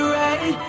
right